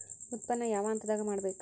ಉತ್ಪನ್ನ ಯಾವ ಹಂತದಾಗ ಮಾಡ್ಬೇಕ್?